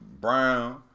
Brown